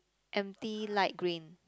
empty light green